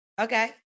Okay